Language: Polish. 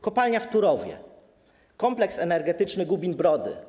Kopalnia w Turowie, kompleks energetyczny Gubin-Brody.